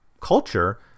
culture